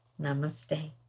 Namaste